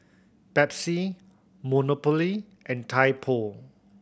Pepsi Monopoly and Typo